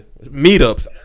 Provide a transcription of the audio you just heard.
Meetups